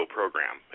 program